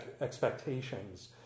expectations